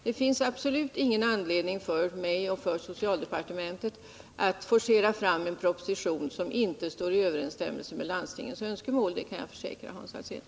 Det finns absolut ingen anledning för mig och för socialdepartementet att forcera fram en proposition som inte står i överensstämmelse med landstingens önskemål, det kan jag försäkra Hans Alsén.